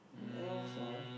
what else ah